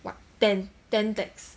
what ten ten text